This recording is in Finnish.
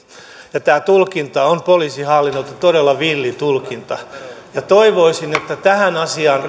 tämä tulkinta on poliisihallitukselta todella villi tulkinta toivoisin että tähän asiaan